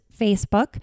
Facebook